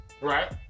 right